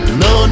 no